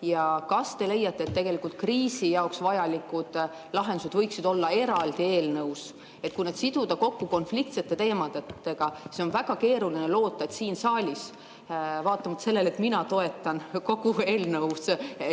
Kas te leiate, et kriisi jaoks vajalikud lahendused võiksid olla eraldi eelnõus? Kui nad siduda kokku konfliktsete teemadega, siis on väga keeruline loota, et siin saalis – vaatamata sellele, et mina toetan kogu eelnõus